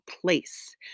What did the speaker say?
place